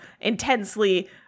intensely